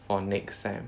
for next sem